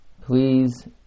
please